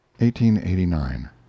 1889